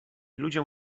ludziom